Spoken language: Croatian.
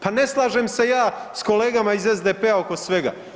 Pa ne slažem se ja s kolegama iz SDP-a oko svega.